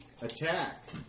attack